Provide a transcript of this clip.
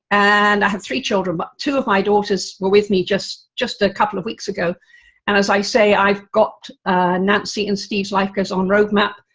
and i have three children, but two of my daughters were with me just, just a couple of weeks ago and as i say i've got nancy and steve's life goes on roadmap.